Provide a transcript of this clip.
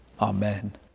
Amen